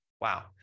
Wow